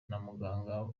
umuganga